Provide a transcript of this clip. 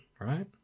right